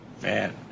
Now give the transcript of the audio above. man